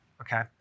Okay